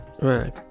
Right